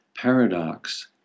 paradox